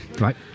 right